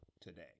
today